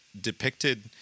depicted